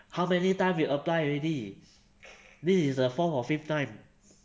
how many time you apply already this is the fourth or fifth time